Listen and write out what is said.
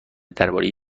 درباره